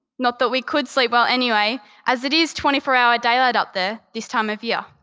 not that we could sleep well anyway, as it is twenty four hour daylight up there this time of year.